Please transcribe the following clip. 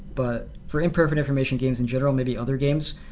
but for imperfect information games in general, maybe other games,